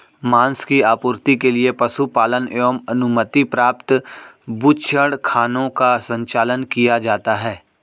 माँस की आपूर्ति के लिए पशुपालन एवं अनुमति प्राप्त बूचड़खानों का संचालन किया जाता है